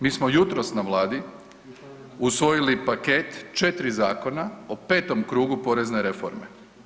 Mi smo jutros na Vladi usvojili paket 4 zakona o petom krugu porezne reforme.